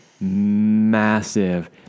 massive